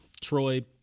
Troy